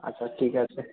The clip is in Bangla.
আচ্ছা ঠিক আছে